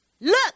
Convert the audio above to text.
look